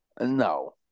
No